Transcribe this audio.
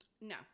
No